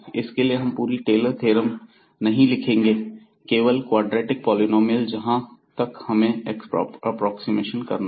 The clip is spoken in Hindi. इसके लिए हम पूरी टेलर थ्योरम नहीं लिखेंगे लेकिन केवल क्वाड्रेटिक पॉलिनॉमियल जहां तक हमें एप्रोक्सीमेशन करना है